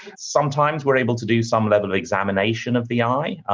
sometimes we're able to do some level of examination of the eye.